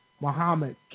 Muhammad